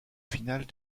finale